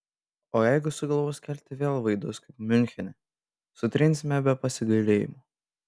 o jeigu sugalvos kelti vėl vaidus kaip miunchene sutrinsime be pasigailėjimo